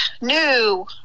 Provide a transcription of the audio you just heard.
new